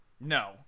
No